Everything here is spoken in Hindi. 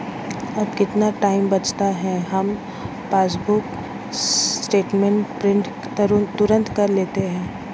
अब कितना टाइम बचता है, हम पासबुक स्टेटमेंट प्रिंट तुरंत कर लेते हैं